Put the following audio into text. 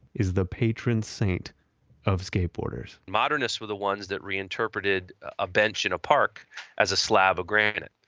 is the patron saint of skateboarders modernists were the ones that reinterpreted a bench in a park as a slab of granite.